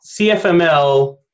CFML